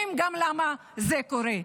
ויודעים גם למה זה קורה.